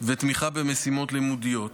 ותמיכה במשימות לימודיות.